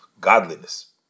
godliness